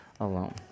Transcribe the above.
alone